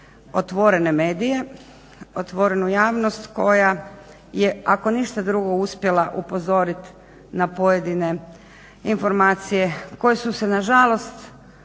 otvorene medije, otvorenu javnost koja je ako ništa drugo uspjela upozorit na pojedine informacije koje su se nažalost